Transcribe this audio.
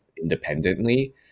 independently